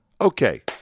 Okay